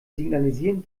signalisieren